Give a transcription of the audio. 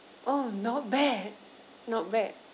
oh not bad not bad